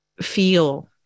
feel